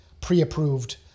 pre-approved